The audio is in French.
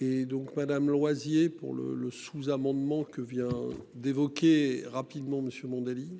Et donc Madame Loisier pour le le sous-amendement que vient d'évoquer rapidement monsieur Mandelli.